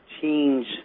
change